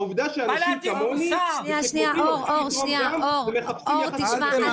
העובדה שאנשים כמוני רוצים לתרום דם ומחפשים --- אור,